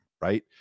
right